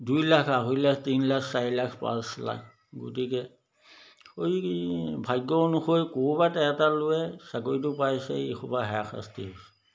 দুই লাখ আঢ়ৈ লাখ তিনি লাখ চাৰি লাখ পাঁচ লাখ গতিকে অই ভাগ্য অনুসৰি ক'ৰবাত এটা ল'ৰাই চাকৰীটো পাইছে ইসোপাৰ হাৰাশাস্তি হৈছে